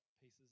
pieces